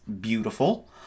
beautiful